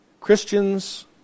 Christians